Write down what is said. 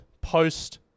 post